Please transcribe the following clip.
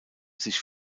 sich